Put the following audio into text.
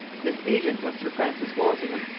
this agent was sir francis walsingham,